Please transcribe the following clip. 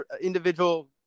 individual